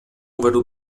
uvedu